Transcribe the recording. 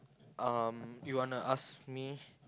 um you wanna ask me